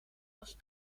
was